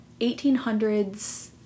1800s